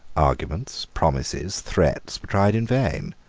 arguments, promises, threats, were tried in vain.